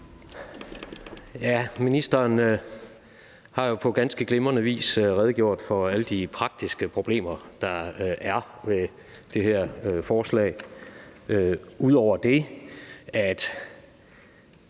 det. Ministeren har jo på ganske glimrende vis redegjort for alle de praktiske problemer, der er ved det her forslag. Det, der